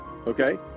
okay